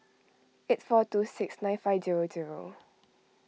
eight four two six nine five zero zero